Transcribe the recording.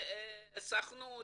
והסוכנות,